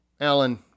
Alan